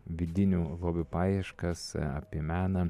vidinių lobių paieškas apie meną